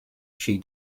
she